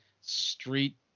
street